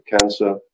cancer